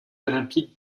olympiques